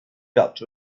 felt